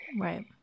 Right